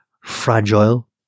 Fragile